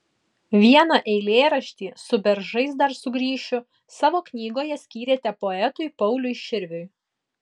vieną eilėraštį su beržais dar sugrįšiu savo knygoje skyrėte poetui pauliui širviui